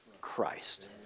Christ